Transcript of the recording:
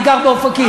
אני גר באופקים.